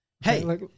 Hey